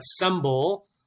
assemble